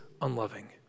unloving